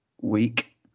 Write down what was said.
week